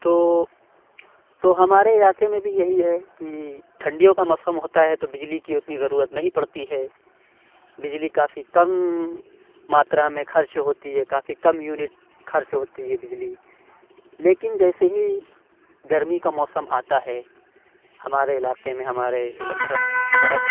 تو تو ہمارے علاقے میں بھی یہی ہے کہ ٹھنڈی یوں کا موسم ہوتا ہے تو بجلی کی اتنی ضرورت نہیں پڑتی ہے بجلی کافی کم ماترا میں خرچ ہوتی ہے کافی کم یونٹ خرچ ہوتی ہے بجلی لیکن جیسے ہی گرمی کا موسم آتا ہے ہمارے علاقے میں ہمارے طرف طرف